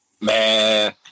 Man